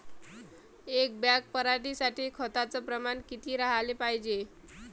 एक बॅग पराटी साठी खताचं प्रमान किती राहाले पायजे?